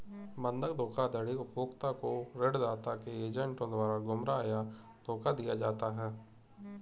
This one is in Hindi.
बंधक धोखाधड़ी उपभोक्ता को ऋणदाता के एजेंटों द्वारा गुमराह या धोखा दिया जाता है